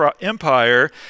Empire